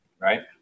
right